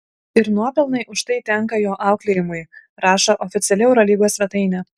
ir nuopelnai už tai tenka jo auklėjimui rašo oficiali eurolygos svetainė